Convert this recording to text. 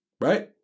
Right